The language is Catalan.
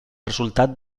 resultat